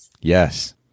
yes